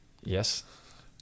Yes